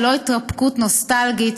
ולא התרפקות נוסטלגית,